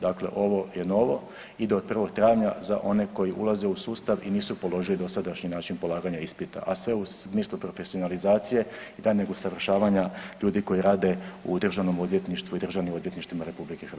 Dakle ovo je novo, ide od 1. travnja za one koji ulaze u sustav i nisu položili dosadašnji način polaganja ispita, a sve uz smislu profesionalizacije i daljnjeg usavršavanja ljudi koji rade u Državnom odvjetništvu i državnim odvjetništvima RH.